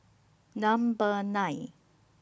Number nine